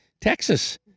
Texas